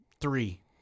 three